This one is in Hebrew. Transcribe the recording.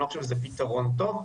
אני לא חושב שזה פתרון טוב.